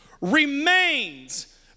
remains